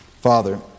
Father